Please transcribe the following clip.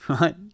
right